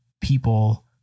people